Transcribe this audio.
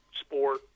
sport